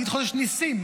צריך להגיד חודש ניסים.